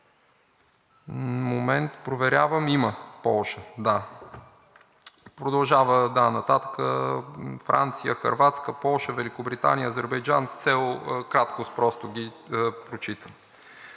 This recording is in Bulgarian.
Момент, проверявам – има Полша, да. Продължавам нататък – Франция, Хърватска, Полша, Великобритания, Азербайджан, с цел краткост просто ги прочитам.